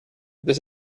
this